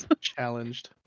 Challenged